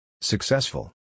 Successful